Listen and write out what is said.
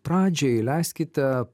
pradžiai leiskite